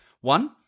one